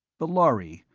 the lhari,